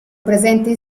presenti